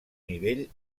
nivell